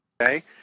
Okay